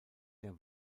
der